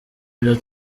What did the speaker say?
iryo